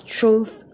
truth